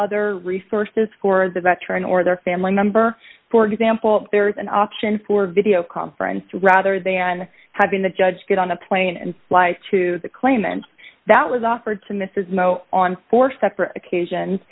other resources for the veteran or their family member for example there is an option for video conference rather than having the judge get on a plane and fly to the claimant that was offered to mrs on four separate occasions